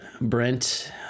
Brent